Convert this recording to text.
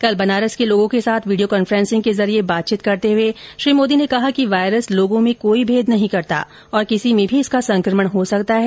कल बनारस के लोगों के साथ वीडियों कॉन्फ्रेंसिंग के जरिए बातचीत करते हुए श्री मोदी ने कहा कि वायरस लोगों में कोई भेद नहीं करता और किसी में भी इसका संक्रमण हो सकता है